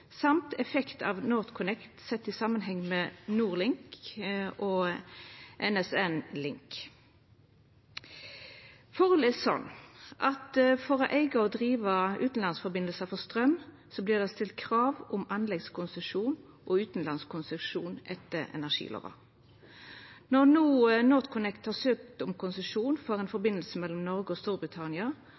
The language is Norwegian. effekt av NorthConnect sett i samanheng med NordLink og NSN Link. For å eiga og driva utanlandsforbindelsar for straum vert det stilt krav om anleggskonsesjon og utanlandskonsesjon etter energilova. Når NorthConnect no har søkt om konsesjon for ein forbindelse mellom Noreg og Storbritannia,